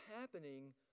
happening